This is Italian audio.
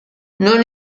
non